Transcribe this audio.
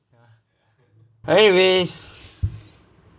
anyways